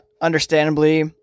understandably